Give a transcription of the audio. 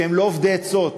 שהם לא אובדי עצות.